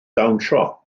dawnsio